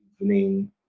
evening